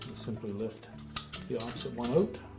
simply lift yeah opposite one out.